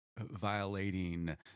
violating